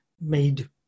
made